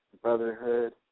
brotherhood